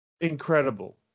incredible